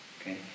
okay